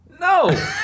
No